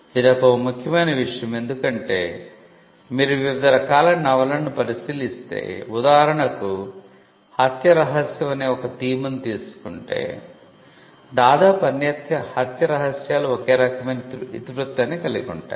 ఇది ఒక ముఖ్యమైన విషయం ఎందుకంటే మీరు వివిధ రకాలైన నవలలను పరిశీలిస్తే ఉదాహరణకు 'హత్య రహస్యం' అనే ఒక థీమ్ ను తీసుకుంటే దాదాపు అన్ని హత్య రహస్యాలు ఒకే రకమైన ఇతివృత్తాన్ని కలిగి ఉంటాయి